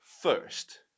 first